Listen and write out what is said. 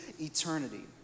eternity